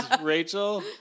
Rachel